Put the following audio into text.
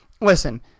listen